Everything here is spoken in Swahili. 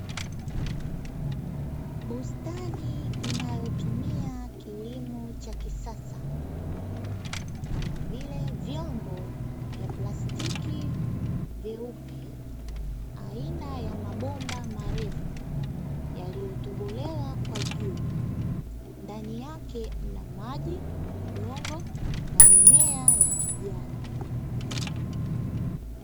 Bustani inayotumia kilimo cha kisasa, kama vile vyombo vya plastiki vyeupe, aina ya mabomba marefu yaliyotobolewa kwa juu ndani yake mna maji, udongo na mimea ya kijani.